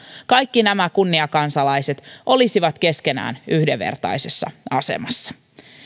kaikki nämä kunniakansalaiset olisivat keskenään yhdenvertaisessa asemassa